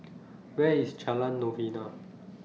Where IS Jalan Novena